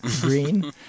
green